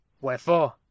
Wherefore